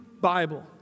Bible